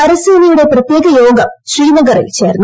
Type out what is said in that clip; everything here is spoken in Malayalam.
കരസേനയുടെ പ്രത്യേക് യോഗം ശ്രീനഗറിൽ ചേർന്നു